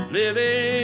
living